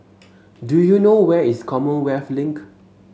do you know where is Commonwealth Link